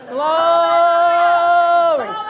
Glory